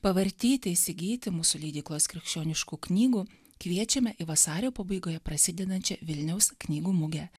pavartyti įsigyti mūsų leidyklos krikščioniškų knygų kviečiame į vasario pabaigoje prasidedančią vilniaus knygų mugę